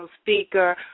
speaker